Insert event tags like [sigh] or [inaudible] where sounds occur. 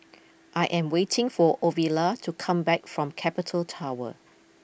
[noise] I am waiting for Ovila to come back from Capital Tower